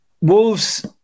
Wolves